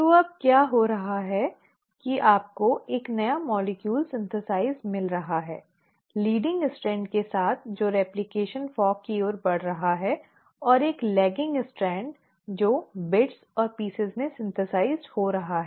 तो अब क्या हो रहा है कि आपको एक नया अणु संश्लेषित मिल रहा हैं अग्रणी स्ट्रैंड के साथ जो रेप्लिकेशॅन फ़ॉर्क की ओर बढ़ रहा है और एक लैगिंग स्ट्रैंड जो बिट्स और टुकड़ों में संश्लेषित हो रहा है